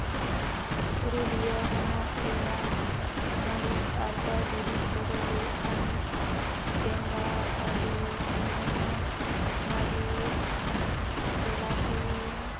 ᱯᱩᱨᱩᱞᱤᱭᱟᱹ ᱦᱚᱱᱚᱛ ᱨᱮᱭᱟᱜ ᱢᱩᱲᱩᱫ ᱟᱨᱡᱟᱣ ᱫᱩᱨᱤᱵᱽ ᱠᱚᱫᱚ ᱦᱩᱭᱩᱜ ᱠᱟᱱᱟ ᱵᱮᱸᱜᱟᱲ ᱟᱹᱞᱩ ᱯᱮᱸᱭᱟᱡᱽ ᱢᱟᱹᱨᱤᱪ ᱵᱮᱞᱟᱛᱤ